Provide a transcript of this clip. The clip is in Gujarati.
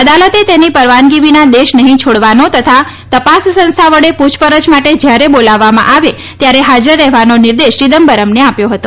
અદાલતે તેની પરવાનગી વિના દેશ નહિં છોડવાનો તથા તપાસ સંસ્થા વડે પૂછપરછ માટે જયારે બોલાવવામાં આવે ત્યારે હાજર રહેવાનો નિર્દેશ ચીદમ્બરમને આપ્યો હતો